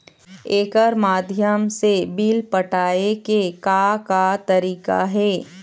एकर माध्यम से बिल पटाए के का का तरीका हे?